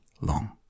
long